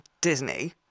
Disney